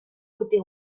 urte